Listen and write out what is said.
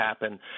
happen